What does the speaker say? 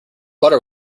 butter